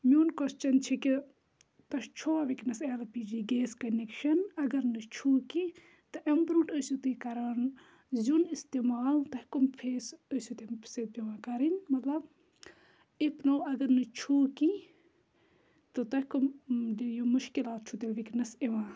میون کوسچَن چھِ کہِ تۄہہِ چھِوا ونکیٚنَس L P G gas connection اَگَر نہٕ چھو کیٚنٛہہ تہٕ امہِ بڑونٛٹھ ٲسِو تُہۍ کَران زِیُن اِستعمال تۄہہِ کٕم فیس ٲسِو تمہ سۭتۍ پیٚوان کَرٕنۍ مَطلَب اَگَر نہٕ چھِو کیٚنٛہہ تہٕ تۄہہِ کٕم یِم مُشکِلات تۄہہِ ونٛکیٚنَس یِوان